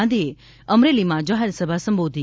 ગાંધીએ અમરેલીમાં જાહેરસભા સંબોધી